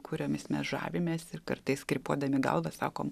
kuriomis mes žavimės ir kartais krypuodami galvas sakom